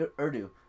Urdu